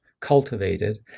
cultivated